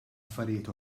affarijiet